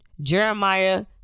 jeremiah